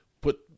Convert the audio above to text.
put